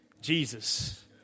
Jesus